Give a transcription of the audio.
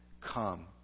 come